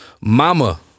mama